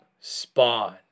Spawn